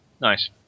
Nice